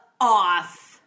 off